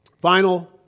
Final